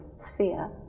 sphere